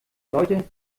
leute